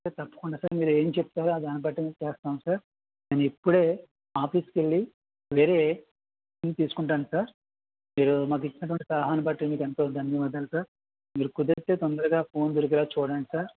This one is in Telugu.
సార్ తప్పకుండా సార్ మీరు ఏమి చెప్తారో దాన్నిబట్టి మేము చేస్తాము సార్ నేను ఇప్పుడే ఆఫీస్కి వెళ్ళి వేరే సిమ్ తీసుకుంటాను సార్ మీరు మాకు ఇచ్చినటువంటి సలహాను బట్టి మీకు ఎంతో ధన్యవాదాలు సార్ మీరు కుదిరితే తొందరగా ఫోన్ దొరికేలా చూడండి సార్